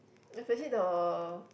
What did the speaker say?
especially the